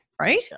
Right